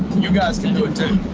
you guys can do it too.